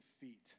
feet